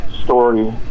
story